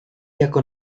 jako